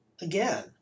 Again